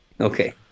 Okay